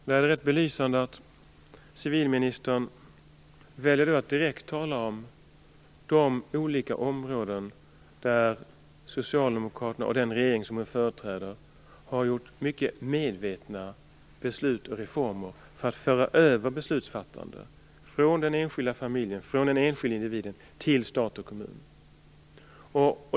Det är belysande att civilministern väljer att direkt tala om de olika områden där Socialdemokraterna och den regering som hon företräder har gjort medvetna reformer för att föra över beslutsfattande från den enskilda familjen, från den enskilda individen till stat och kommun.